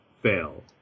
fail